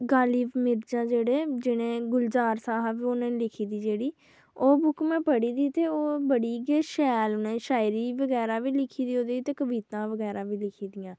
गालिब मिर्जा जेह्ड़े जि'नें गुलजार साह्ब ने लिखी दी जेह्ड़ी ओह् कताब में पढ़ी बड़ी शैल शायरी बगैरा बी लिखी दी ओह्दे च ते कविता बगैरा बी लिखी दियां